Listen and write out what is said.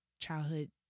childhood